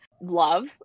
love